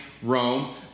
Rome